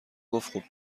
گفتخوب